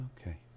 okay